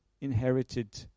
inherited